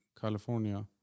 California